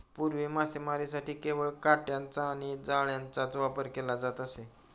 पूर्वी मासेमारीसाठी केवळ काटयांचा आणि जाळ्यांचाच वापर केला जात असे